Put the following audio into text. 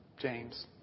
James